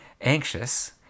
anxious